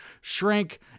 shrink